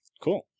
cool